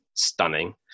stunning